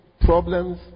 problems